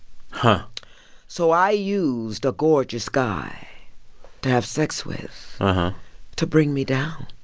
but so i used a gorgeous guy to have sex with to bring me down.